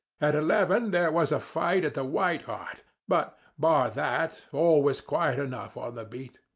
at eleven there was a fight at the white hart but bar that all was quiet enough on the beat.